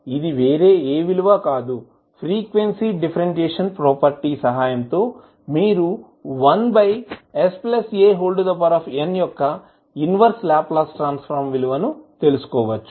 ఇది వేరే ఏ విలువ కాదు ఫ్రీక్వెన్సీ డిఫరెంటియేషన్ ప్రాపర్టీ సహాయంతో మీరు 1san యొక్క ఇన్వర్స్ లాప్లాస్ ట్రాన్స్ ఫార్మ్ యొక్క విలువను తెలుసుకోవచ్చు